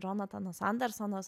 džonatanas andersonas